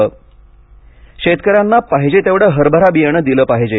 फडणवीस शेतकऱ्यांना पाहिजे तेवढं हरभरा बियाणं दिलं पाहिजे